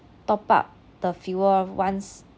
top up the fueler once